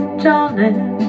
darling